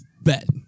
bet